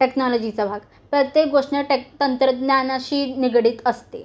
टेक्नॉलॉजीचा भाग प्रत्येक गोष्न टेक तंत्रज्ञानाशी निगडित असते